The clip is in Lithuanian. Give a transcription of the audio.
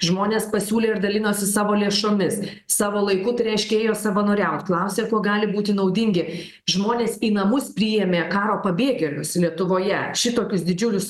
žmonės pasiūlė ir dalinosi savo lėšomis savo laiku tai reiškia ėjo savanoriaut klausė kuo gali būti naudingi žmonės į namus priėmė karo pabėgėlius lietuvoje šitokius didžiulius